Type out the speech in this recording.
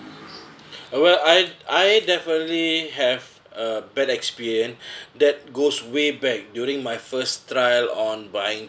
well I'd I definitely have a bad experience that goes way back during my first trial on buying